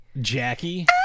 Jackie